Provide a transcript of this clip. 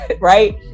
Right